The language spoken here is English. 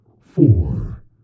four